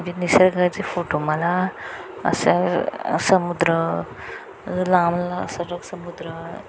निसर्गाची फोटो मला असं समुद्र लांब लांब असा समुद्र